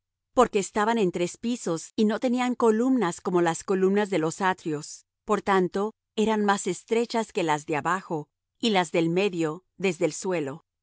porque estaban en tres pisos y no tenían columnas como las columnas de los atrios por tanto eran más estrechas que las de abajo y las del medio desde el suelo